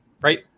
Right